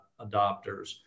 adopters